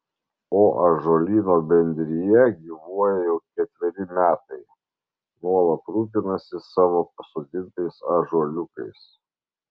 o ąžuolyno bendrija gyvuoja jau ketveri metai nuolat rūpinasi savo pasodintais ąžuoliukais